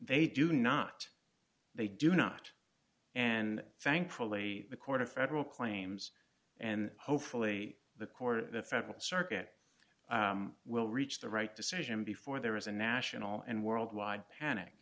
they do not they do not and thankfully the court of federal claims and hopefully the court of the federal circuit will reach the right decision before there is a national and worldwide panic